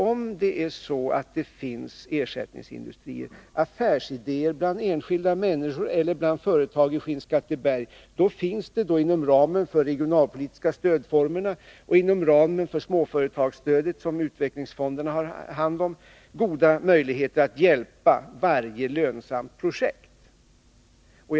Om det finns ersättningsindustrier, affärsidéer bland enskilda människor eller bland företag i Skinnskatteberg, så finns det inom ramen för de regionalpolitiska stödformerna och inom ramen för småföretagsstödet, som utvecklingsfonderna har hand om, goda möjligheter att hjälpa varje lönsamt projekt.